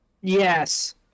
Yes